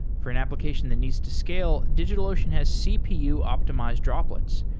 for an application that needs to scale, digitalocean has cpu optimized droplets,